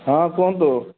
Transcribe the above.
ହଁ କୁହନ୍ତୁ